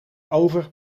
over